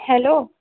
hello